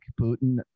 Putin